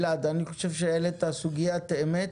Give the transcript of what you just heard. אלעד, אני חושב שהעלית סוגיית אמת.